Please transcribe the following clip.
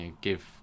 Give